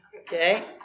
Okay